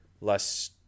less